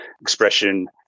expression